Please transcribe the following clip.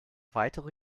weitere